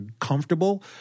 comfortable